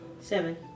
Seven